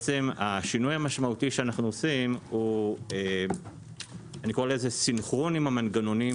השינוי המשמעותי שאנחנו עושים הוא סנכרון עם המנגנונים